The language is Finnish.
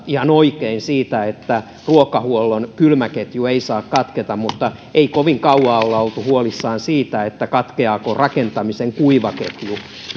ihan oikein siitä että ruokahuollon kylmäketju ei saa katketa mutta ei kovin kauan olla oltu huolissaan siitä katkeaako rakentamisen kuivaketju